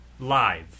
Live